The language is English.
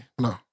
No